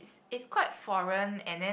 it's quite foreign and then